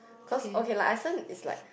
cause okay like Iceland is like